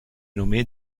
nommé